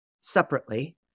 separately